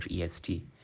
EST